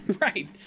right